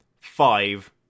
five